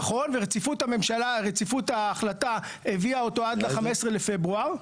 נכון, ורציפות ההחלטה הביאה אותו עד ל-15 בפברואר.